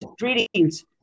Greetings